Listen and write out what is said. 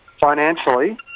financially